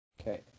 Okay